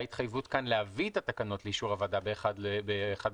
התחייבות כאן להביא את התקנות לאישור הוועדה ב-1 באוקטובר,